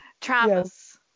Travis